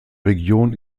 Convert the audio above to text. region